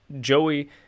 Joey